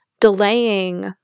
delaying